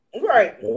Right